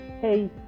hey